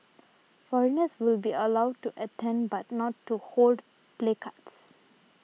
foreigners will be allowed to attend but not to hold placards